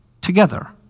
together